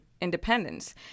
independence